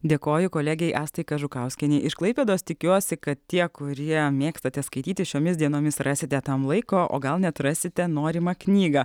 dėkoju kolegei astai kažukauskienei iš klaipėdos tikiuosi kad tie kurie mėgstate skaityti šiomis dienomis rasite tam laiko o gal net rasite norimą knygą